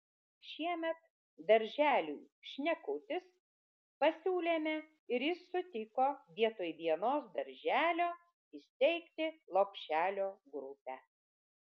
šiemet darželiui šnekutis pasiūlėme ir jis sutiko vietoj vienos darželio įsteigti lopšelio grupę